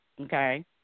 okay